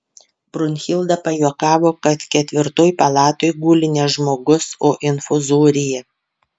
brunhilda pajuokavo kad ketvirtoj palatoj guli ne žmogus o infuzorija